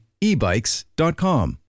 ebikes.com